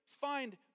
find